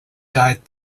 died